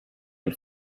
del